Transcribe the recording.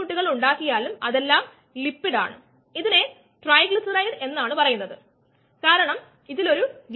k1Et ESSk2k3ES ആൾജിബ്രയുടെ അല്പം കൂടി നോക്കാം ഞാൻ ഈ S ബ്രാക്കറ്റിനുള്ളിൽ എടുക്കുകയാണ് തുടർന്ന് എൻസൈം സബ്സ്ട്രേറ്റ് കോംപ്ലക്സുള്ള പദങ്ങൾ ഞാൻ സംയോജിപ്പിക്കുകയാണ്